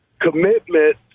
commitment